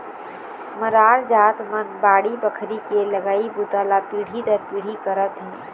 मरार जात मन बाड़ी बखरी के लगई बूता ल पीढ़ी दर पीढ़ी करत हे